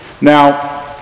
Now